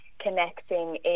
connecting